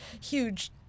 huge